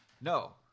No